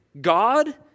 God